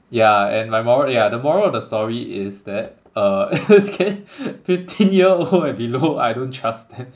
yeah and my moral yeah the moral of the story is that uh fifteen year old and below I don't trust them